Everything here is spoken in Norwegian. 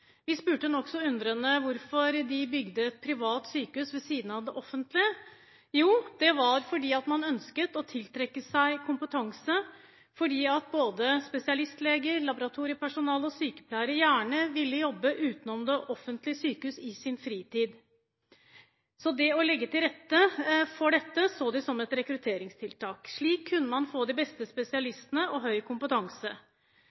Vi spurte nokså undrende om hvorfor de bygde et privat sykehus ved siden av det offentlige. Jo, det var fordi man ønsket å tiltrekke seg kompetanse, fordi både spesialistleger, laboratoriepersonale og sykepleiere gjerne ville jobbe utenom det offentlige sykehuset i sin fritid. Det å legge til rette for dette så de på som et rekrutteringstiltak. Slik kunne man få de beste